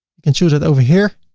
you can choose it over here.